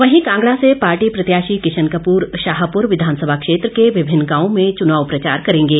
वहीं कांगड़ा से पार्टी प्रत्याशी किशन कपूर शाहपुर विधानसभा क्षेत्र के विभिन्न गांवों में चुनाव प्रचार करेंगे